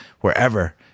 wherever